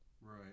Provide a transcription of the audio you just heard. Right